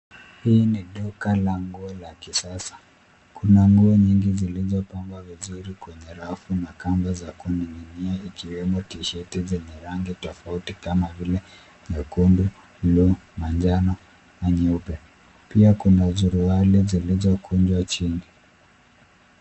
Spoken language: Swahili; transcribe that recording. Hii ni duka la nguo la kisasa, kuna nguo nyingi zilizopangwa vizuri kwenye rafu na kamba za kuninginia ikiwemo tishati zenye rangi tofauti kama nyekundu, blue ,manjano na nyeupe. Pia kuna suruali zilizokunjwa chini.